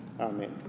Amen